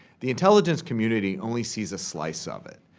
the intelligence community only sees a slice of it.